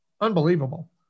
Unbelievable